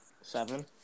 Seven